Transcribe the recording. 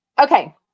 Okay